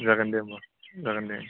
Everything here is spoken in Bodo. जागोन दे होमब्ला जागोन दे उम